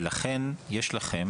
ולכן יש לכם